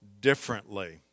differently